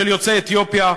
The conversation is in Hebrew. לעשות ולא לדבר גבוהה,